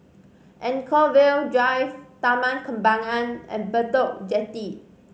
Anchorvale Drive Taman Kembangan and Bedok Jetty